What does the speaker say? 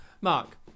Mark